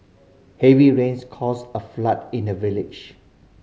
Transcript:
heavy rains caused a flood in the village